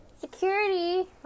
Security